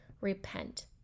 repent